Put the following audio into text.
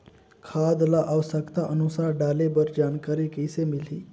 खाद ल आवश्यकता अनुसार डाले बर जानकारी कइसे मिलही?